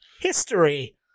history